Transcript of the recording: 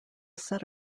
set